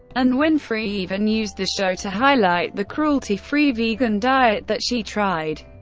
and winfrey even used the show to highlight the cruelty-free vegan diet that she tried.